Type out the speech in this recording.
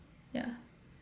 ya